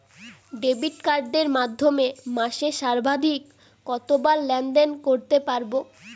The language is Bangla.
ডেবিট কার্ডের মাধ্যমে মাসে সর্বাধিক কতবার লেনদেন করতে পারবো?